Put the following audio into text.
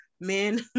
men